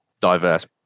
diverse